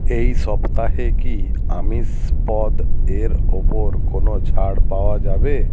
এই সপ্তাহে কি আমিষ পদের ওপর কোনো ছাড় পাওয়া যাবে